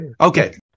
Okay